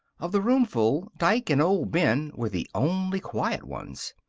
of the roomful, dike and old ben were the only quiet ones.